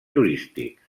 turístics